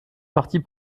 partie